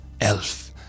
elf